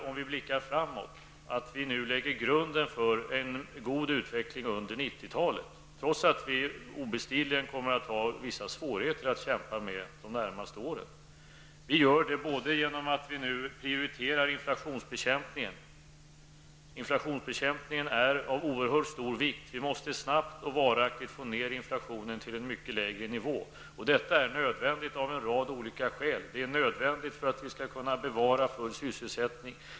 Om vi blickar framåt, menar jag att vi nu lägger grunden för en god utveckling under 90-talet -- trots att vi obestridligen kommer att ha vissa svårigheter att kämpa med under de närmaste åren. Vi gör det nu bl.a. genom att prioritera inflationsbekämpningen. Inflationsbekämpningen är av oerhört stor vikt. Vi måste snabbt och varaktigt få ned inflationen till en mycket lägre nivå. Det är nödvändigt av en rad olika skäl. Det är nödvändigt för att vi skall kunna bevara full sysselsättning.